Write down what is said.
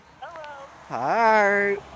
Hi